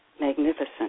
magnificent